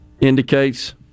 indicates